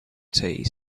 tea